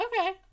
Okay